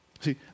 See